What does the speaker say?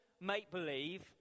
make-believe